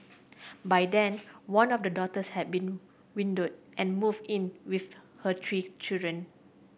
by then one of the daughters had been widowed and moved in with her three children